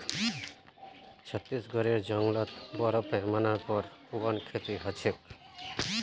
छत्तीसगढेर जंगलत बोरो पैमानार पर वन खेती ह छेक